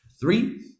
Three